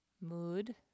mood